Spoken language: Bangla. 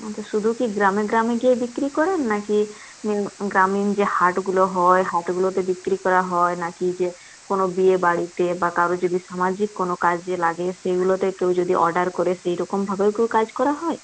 আচ্ছা শুধু কি গ্রামে গ্রামে গিয়ে বিক্রি করেন নাকি গ্রামীণ যে হাটগুলো হয় হাটগুলোতে বিক্রি করা হয় নাকি যে কোনো বিয়ে বাড়িতে বা কারোর যদি সামাজিক কোনো কাজে লাগে সেগুলোতে কেউ যদি অর্ডার করে সেইরকমভাবেও কি কাজ করা হয়